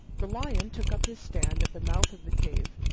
the lion took up his stand at the mouth of the cave,